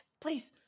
please